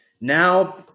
Now